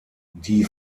die